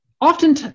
often